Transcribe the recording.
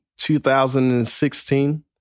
2016